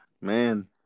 man